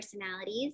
personalities